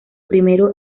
primero